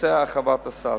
בנושא הרחבת הסל.